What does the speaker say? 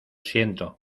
siento